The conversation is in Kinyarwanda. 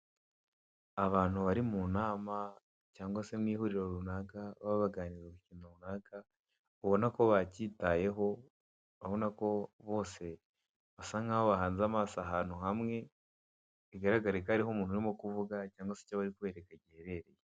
Abantu bari mu nama cyangwa se mu ihuriro runaka baba baganira ibintu runaka ubona ko bakitayeho, urabona ko bose basa nk'aho bahanze amaso ahantu hamwe, bigaragare ko ari ho umuntu urikuvuga cyangwa se icyo bari kubereka giherereye.